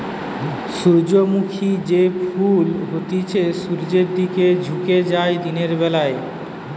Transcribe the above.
সূর্যমুখী যে ফুল হতিছে সূর্যের দিকে ঝুকে যায় দিনের বেলা